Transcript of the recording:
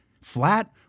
flat